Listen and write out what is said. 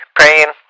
praying